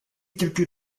quelques